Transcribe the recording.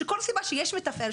שכל סיבה שיש מתפעל,